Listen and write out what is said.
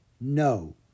No